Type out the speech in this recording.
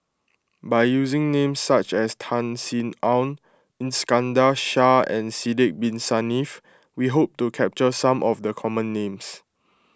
by using names such as Tan Sin Aun Iskandar Shah and Sidek Bin Saniff we hope to capture some of the common names